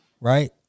Right